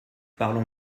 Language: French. parlons